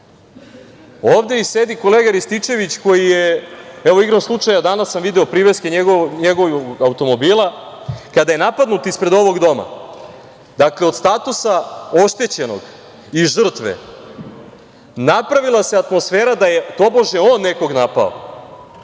sedi i kolega Rističević, koji je, igrom slučaja danas sam video priveske njegovog automobila, kada je napadnut ispred ovog doma, dakle, od statusa oštećenog i žrtve napravila se atmosfera da je tobože on nekog napao.